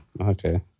Okay